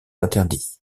interdits